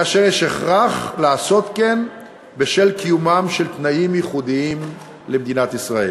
כאשר יש הכרח לעשות כן בשל קיומם של תנאים ייחודיים למדינת ישראל.